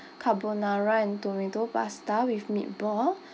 carbonara and tomato pasta with meat ball